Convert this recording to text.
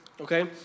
okay